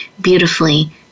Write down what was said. beautifully